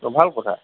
ভাল কথা